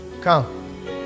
Come